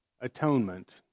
atonement